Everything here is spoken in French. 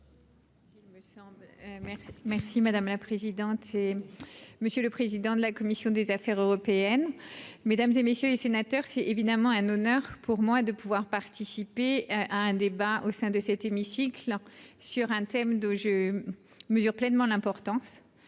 merci, madame la présidente, monsieur le président de la commission des affaires européennes, mesdames et messieurs les sénateurs, c'est évidemment un honneur pour moi de pouvoir participer à un débat au sein de cet hémicycle sur un thème de je mesure pleinement l'importance